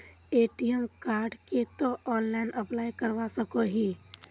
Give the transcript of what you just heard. ATM कार्डेर केते online apply करवा सकोहो ही?